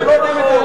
זה לא נכון.